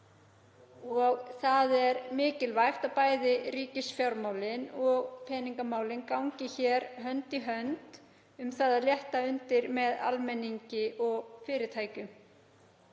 Það er mikilvægt að bæði ríkisfjármálin og peningamálin gangi hér hönd í hönd við að létta undir með almenningi og fyrirtækjum.